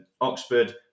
Oxford